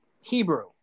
Hebrew